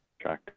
Track